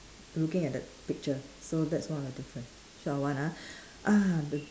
I'm looking at the picture so that's one of the difference short of one uh the